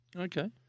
Okay